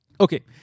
Okay